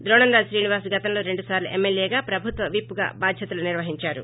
ద్రోణంరాజు శ్రీనివాస్ గతంలో రెండుసార్లు ఏమ్మెల్యేగా ప్రభుత్వ విప్గా బాధ్యతలు నిర్వహించారు